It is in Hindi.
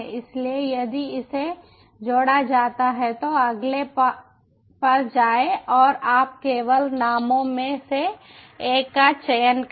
इसलिए यदि इसे जोड़ा जाता है तो अगले पर जाएं और आप केवल नामों में से एक का चयन करें